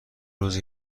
روزه